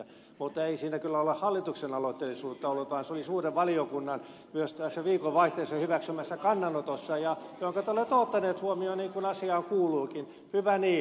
mutta ei siinä kyllä ole hallituksen aloitteellisuutta ollut vaan se oli suuren valiokunnan viikonvaihteessa hyväksymässä kannanotossa jonka te olette ottaneet huomioon niin kuin asiaan kuuluukin hyvä niin